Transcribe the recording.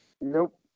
Nope